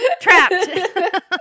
trapped